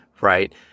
right